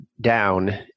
down